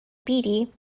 beatty